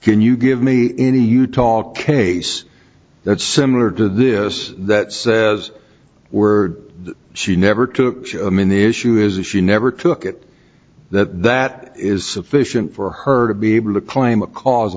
can you give me any utah case that's similar to this that we're she never took him in the issue is that she never took it that that is sufficient for her to be able to claim